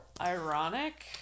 Ironic